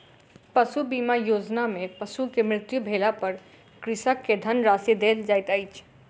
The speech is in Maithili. पशु बीमा योजना में पशु के मृत्यु भेला पर कृषक के धनराशि देल जाइत अछि